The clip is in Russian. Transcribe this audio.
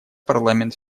парламент